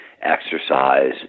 exercise